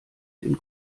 den